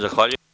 Zahvaljujem.